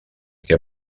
que